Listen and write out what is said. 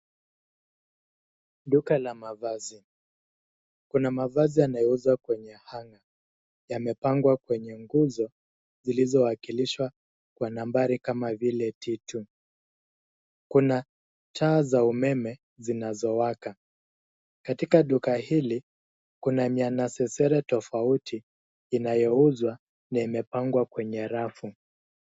Duka la mavazi. Kuna mavazi yanayouzwa kwenye hanga. Yamepangwa kwenye nguzo, zilizowakilishwa kwa nambari kama vile T2. Kuna taa za umeme, zinazowaka. Katika duka hili, kuna mianansesere tofauti, inayouzwa, na imepangwa kwenye rafu.